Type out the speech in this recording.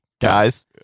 Guys